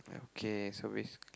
okay so it's